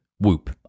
Whoop